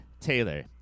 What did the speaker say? Taylor